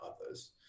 others